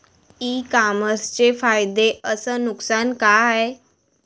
इ कामर्सचे फायदे अस नुकसान का हाये